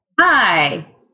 Hi